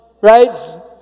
right